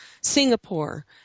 Singapore